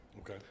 Okay